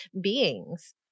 beings